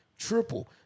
Triple